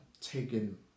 taken